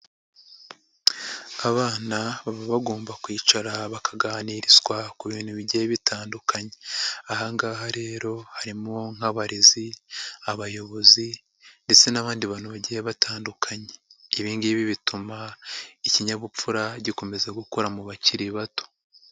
Abana baba bagomba kwicara bakaganirizwa ku bintu bigiye bitandukanye, aha ngaha rero harimo nk'abarezi, abayobozi ndetse n'abandi bantu bagiye batandukanye; ibi ngibi bituma ikinyabupfura gikomeza gukura mu bakiri bato.